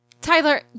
Tyler